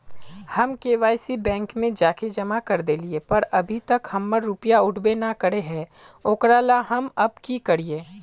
हम KYC bank में जाके जमा कर देलिए पर अभी तक हमर रुपया उठबे न करे है ओकरा ला हम अब की करिए?